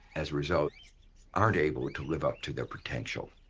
as a result aren't able to live up to their potential.